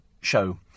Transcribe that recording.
Show